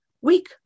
weak